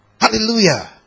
Hallelujah